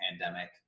pandemic